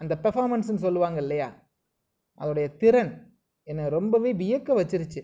அந்த பர்ஃபாமன்ஸுனு சொல்லுவாங்க இல்லையா அதோடய திறன் என்ன ரொம்பவே வியக்க வச்சுருச்சு